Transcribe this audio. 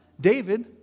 David